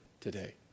today